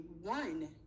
one